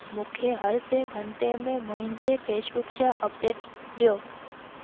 मूंखे हर टे घंटे में मुंहिंजे फेसबुक जा अपडेट्स ॾियो